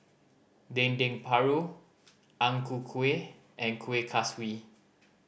Dendeng Paru Ang Ku Kueh and Kuih Kaswi